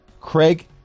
Craig